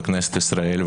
בכנסת ישראל,